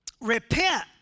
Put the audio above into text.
repent